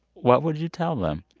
what would you tell them?